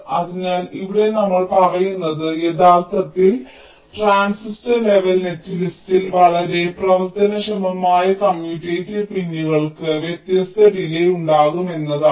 അതിനാൽ ഇവിടെ നമ്മൾ പറയുന്നത് യഥാർത്ഥ ട്രാൻസിസ്റ്റർ ലെവൽ നെറ്റ്ലിസ്റ്റിൽ വളരെ പ്രവർത്തനക്ഷമമായ കമ്മ്യൂട്ടേറ്റീവ് പിൻകൾക്ക് വ്യത്യസ്ത ഡിലേയ് ഉണ്ടാകാം എന്നതാണ്